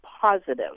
positive